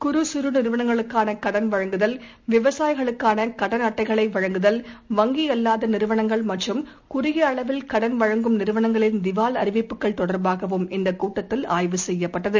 குறு சிறுநிறுவளங்களுக்கானகடன் வழங்குதல் விவசாயிகளுக்காளகடன் அட்டைகளைவழங்குதல் வங்கிஅல்லாதநிறுவனங்கள் மற்றும் குறுகியஅளவில் கடன் வழங்கும் நிறுவனங்களின் திவால் அறிவிப்புகள் தொடர்பாகவும் இந்தக் கூட்டத்தில் ஆய்வு செய்யப்பட்டது